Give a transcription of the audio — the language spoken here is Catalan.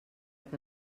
que